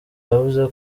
yavuze